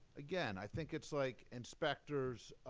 again, i think it's like inspectors,